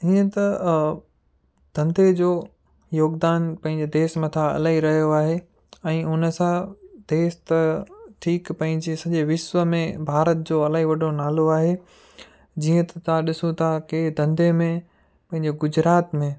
ईअं त धंधे जो योगदानु पंहिंजे देश मथां इलाही रहियो आहे ऐं उनसां देश त ठीकु पंहिंजे सॼे विश्व में भारत जो इलाही वॾो नालो आहे जीअं त तव्हां ॾिसो था की धंधे में पंहिंजे गुजरात में